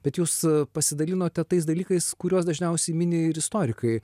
bet jūs pasidalinote tais dalykais kuriuos dažniausiai mini ir istorikai